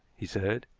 he said.